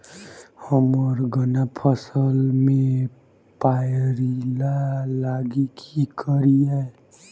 हम्मर गन्ना फसल मे पायरिल्ला लागि की करियै?